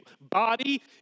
body